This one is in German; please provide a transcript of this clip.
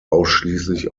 ausschließlich